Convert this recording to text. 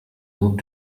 moved